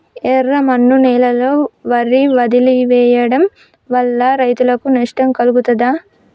ఎర్రమన్ను నేలలో వరి వదిలివేయడం వల్ల రైతులకు నష్టం కలుగుతదా?